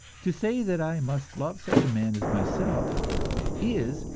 to say that i must love such a man as myself is,